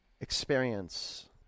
experience